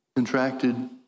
contracted